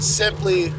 simply